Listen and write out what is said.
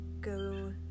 go